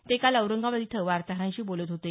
ते काल औरंगाबाद इथं वार्ताहरांशी बोलत होते